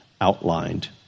outlined